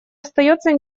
остается